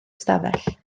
stafell